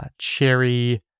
Cherry